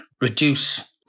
reduce